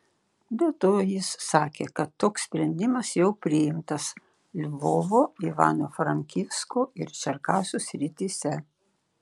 be to jis sakė kad toks sprendimas jau priimtas lvovo ivano frankivsko ir čerkasų srityse